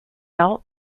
out